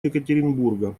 екатеринбурга